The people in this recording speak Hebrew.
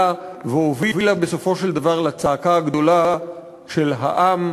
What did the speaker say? והובילה בסופו של דבר לצעקה הגדולה של העם,